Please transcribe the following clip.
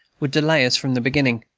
would delay us from the beginning.